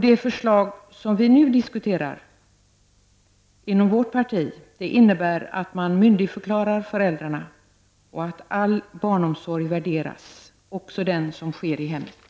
Det förslag vi nu diskuterar inom vårt parti innebär att man myndigförklarar föräldrarna och att all barnomsorg värderas, också den som sker i hemmet.